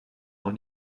noch